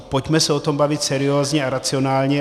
Pojďme se o tom bavit seriózně a racionálně.